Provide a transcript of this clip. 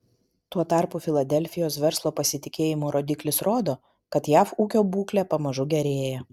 tuo tarpu filadelfijos verslo pasitikėjimo rodiklis rodo kad jav ūkio būklė pamažu gerėja